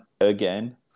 again